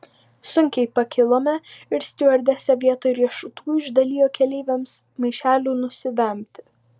sunkiai pakilome ir stiuardesė vietoj riešutų išdalijo keleiviams maišelių nusivemti